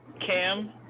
Cam